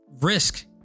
risk